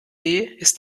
ist